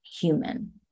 human